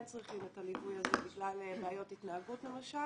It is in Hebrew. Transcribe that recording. צריכים את הליווי הזה בגלל בעיות התנהגות למשל.